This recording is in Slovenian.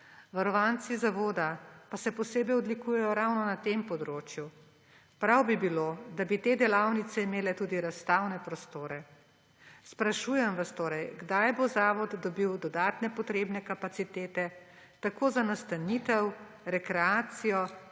Varovanci zavoda pa se posebej odlikujejo ravno na tem področju. Prav bi bilo, da bi te delavnice imele tudi razstavne prostore. Sprašujem vas torej: Kdaj bo zavod dobil dodatne potrebne kapacitete, tako za nastanitev, rekreacijo,